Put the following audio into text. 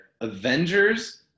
Avengers